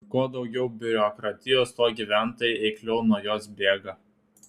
kuo daugiau biurokratijos tuo gyventojai eikliau nuo jos bėga